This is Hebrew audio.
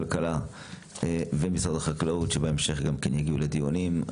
משרד הכלכלה ומשרד החקלאות שבהמשך גם הגיעו לדיונים.